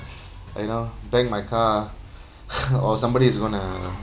you know bang my car ah or somebody's going to uh